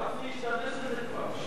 גפני השתמש בזה כבר.